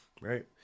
Right